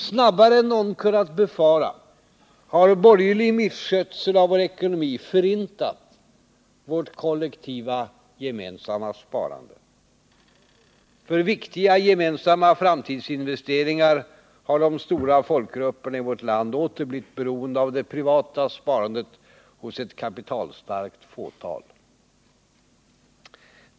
Snabbare än någon kunnat befara har borgerlig misskötsel av vår ekonomi förintat vårt kollektiva, gemensamma sparande. För viktiga, gemensamma framtidsinvesteringar har de stora folkgrupperna i vårt land åter blivit beroende av det privata sparandet hos ett kapitalstarkt fåtal.